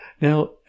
Now